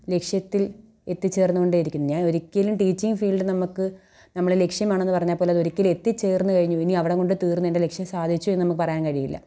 ലക്ഷ്യത്തിൽ എത്തി ചേർന്ന് കൊണ്ടേ ഇരിക്കുന്നു ഞാൻ ഒരിക്കലും ടീച്ചിങ് ഫീൽഡ് നമുക്ക് നമ്മുടെ ലക്ഷ്യമാണെന്ന് പറഞ്ഞാൽ പോലും അത് ഒരിക്കലും എത്തി ചേർന്നു കഴിഞ്ഞു ഇനി അവിടം കൊണ്ട് തീർന്നു എൻ്റെ ലക്ഷ്യം സാധിച്ചുന്ന് ഒന്നും പറയാൻ കഴിയൂല